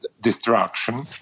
destruction